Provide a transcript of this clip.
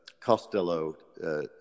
Costello